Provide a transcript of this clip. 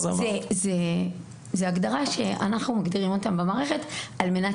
זו הגדרה שאנחנו מגדירים אותם במערכת על מנת